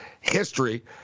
history